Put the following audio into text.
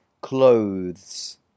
Clothes